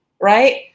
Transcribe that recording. right